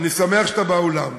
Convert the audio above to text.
אני שמח שאתה באולם.